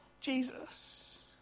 Jesus